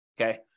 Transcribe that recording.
Okay